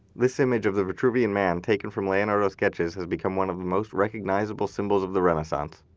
this image of the vitruvian man, taken from leonardo's sketches, has become one of the most recognizable symbols of the renaissance.